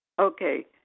Okay